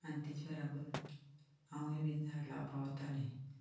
आनी तिचे बराबर हांवूय बी झाडां लावपाक वतालें